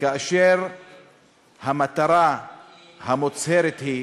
כאשר המטרה המוצהרת היא